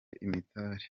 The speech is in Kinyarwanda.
imidari